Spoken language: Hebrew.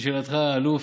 לשאלתך, האלוף,